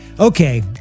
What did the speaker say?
Okay